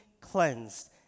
cleansed